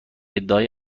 ادعای